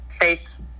face